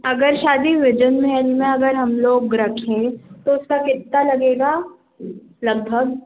अगर शादी विजन महल में अगर हम लोग रखें तो उसका कितना लगेगा लगभग